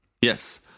Yes